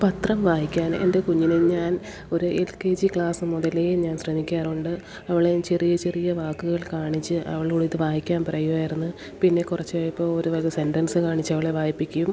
പത്രം വായിക്കാൻ എൻ്റെ കുഞ്ഞിനെ ഞാൻ ഒരു എൽ കെ ജി ക്ലാസ് മുതലേ ഞാൻ ശ്രമിക്കാറുണ്ട് അവളെ ചെറിയ ചെറിയ വാക്കുകൾ കാണിച്ച് അവളോടിത് വായിക്കാൻ പറയുവായിരുന്നു പിന്നെ കുറച്ചായപ്പോൾ ഓരോരോ സെൻ്റെൻസ് കാണിച്ചവളെ വായിപ്പിക്കും